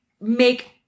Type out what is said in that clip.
make